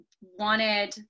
wanted